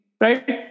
right